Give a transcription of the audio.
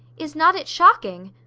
is not it shocking?